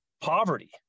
poverty